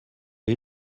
les